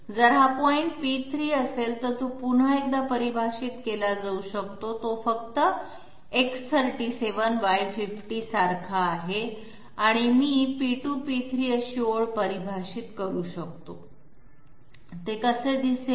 जर हा point p3 असेल तर तो पुन्हा एकदा परिभाषित केला जाऊ शकतो तो फक्त X37 Y50 सारखा आहे आणि मी p2 p3 अशी ओळ परिभाषित करू शकतो ते कसे दिसेल